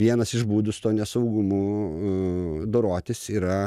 vienas iš būdų su tuo nesaugumu dorotis yra